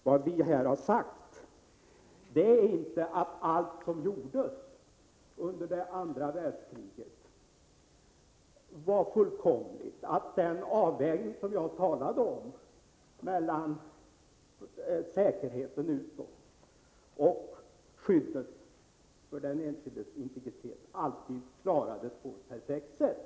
Vad vi här har sagt är inte att allt som gjordes under andra världskriget var fullkomligt, att man klarade att göra den avvägning som jag talade om mellan säkerheten utåt och skyddet för den enskildes integritet på ett perfekt sätt.